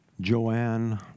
Joanne